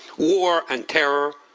war and terror,